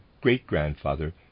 great-grandfather